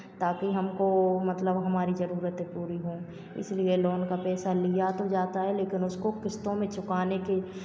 ताकि हमको मतलब हमारी जरूरतें पूरी हों इसलिए लोन का पैसा लिया तो जाता है लेकिन उसको किस्तों में चुकाने के